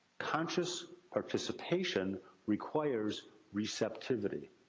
conscious participation requires receptivity.